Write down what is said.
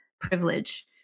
privilege